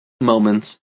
Moments